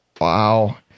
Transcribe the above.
wow